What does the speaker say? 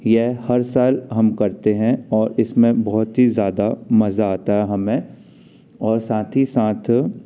यह हर साल हम करते हैं और इसमें बहुत ही ज़्यादा मज़ा आता है हमें और साथ ही साथ